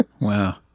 Wow